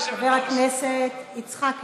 חבר הכנסת יצחק הרצוג,